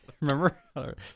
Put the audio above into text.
Remember